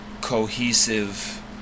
cohesive